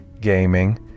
gaming